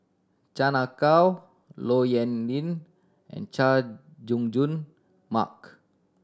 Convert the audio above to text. Chan Ah Kow Low Yen Ling and Chay Jung Jun Mark